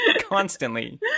constantly